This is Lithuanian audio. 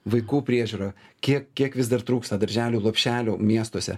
vaikų priežiūra kiek kiek vis dar trūksta darželių lopšelių miestuose